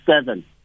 seven